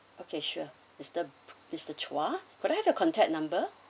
okay sure mister mister chua could I have your contact number